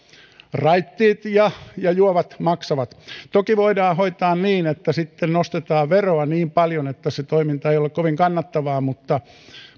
raittiit ja ja juovat maksavat toki voidaan hoitaa niin että sitten nostetaan veroa niin paljon että se toiminta ei ole kovin kannattavaa mutta